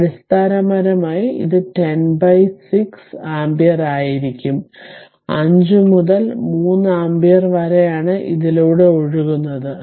അതിനാൽ അടിസ്ഥാനപരമായി ഇത് 10 ബൈ 6 ആമ്പിയർ ആയിരിക്കും 5 മുതൽ 3 ആമ്പിയർ വരെയാണ് ഇതിലൂടെ ഒഴുകുന്നത്